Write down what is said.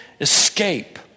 escape